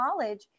college